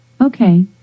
Okay